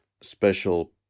special